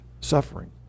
suffering